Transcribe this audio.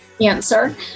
answer